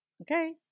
Okay